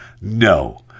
No